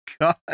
God